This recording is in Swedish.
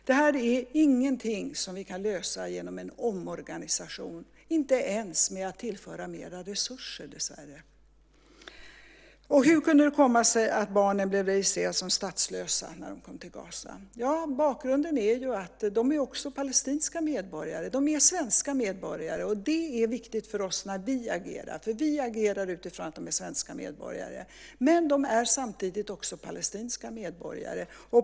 Det här är ingenting som vi kan lösa genom en omorganisation, inte ens med att tillföra mera resurser, dessvärre. Hur kunde det komma sig att barnen blev registrerade som statslösa när de kom till Gaza? Ja, bakgrunden är den att de också är palestinska medborgare. De är svenska medborgare, och det är viktigt för oss när vi agerar. Vi agerar utifrån att de är svenska medborgare. Men de är samtidigt också palestinska medborgare.